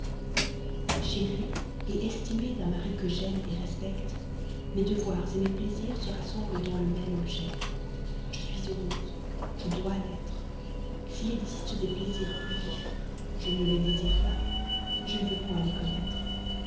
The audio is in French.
connu chérie estimée d'un mari que j'aime respecte mes devoirs mes plaisirs se rassemblent dans le même objet je suis heureuse je dois l'être s'il existe des plaisirs plus vifs je ne les désire point je ne veux pas les connaître